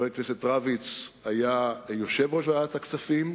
הכנסת רביץ היה יושב-ראש ועדת הכספים,